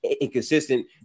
inconsistent